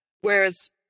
whereas